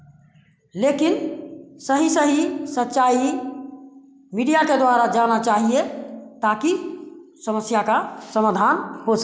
लेकिन सही सही सच्चाई मीडिया के द्वारा जाना चाहिए ताकि समस्या का समाधान हो सके